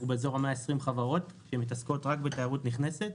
כ-120 חברות שמתעסקות רק בתיירות נכנסת,